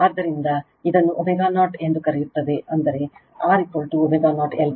ಆದ್ದರಿಂದ ಇದನ್ನು ω0 ಎಂದು ಕರೆಯುತ್ತದೆ ಅಂದರೆ R ω0 L Q